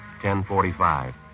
10.45